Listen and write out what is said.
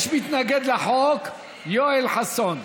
יש מתנגד לחוק, יואל חסון.